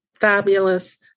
fabulous